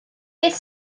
beth